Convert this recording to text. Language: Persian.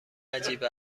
عجیب